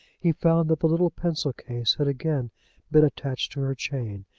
he found that the little pencil-case had again been attached to her chain,